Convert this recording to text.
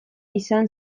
izan